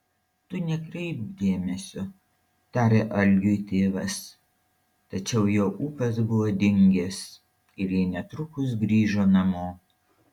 tu nekreipk dėmesio tarė algiui tėvas tačiau jo ūpas buvo dingęs ir jie netrukus grįžo namo